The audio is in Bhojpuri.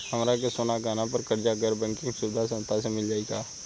हमरा के सोना गहना पर कर्जा गैर बैंकिंग सुविधा संस्था से मिल जाई का?